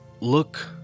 look